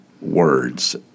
words